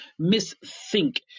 misthink